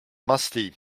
musty